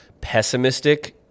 pessimistic